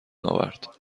آورد